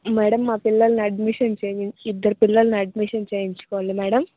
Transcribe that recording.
madam మా పిల్లల్ని admission చేయించ ఇద్దరు పిల్లల్ని అడ్మిషన్ చేయించుకోవాలి మ్యాడం